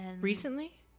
Recently